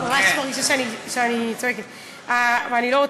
לא, אני ממש מרגישה שאני צועקת, ואני לא רוצה.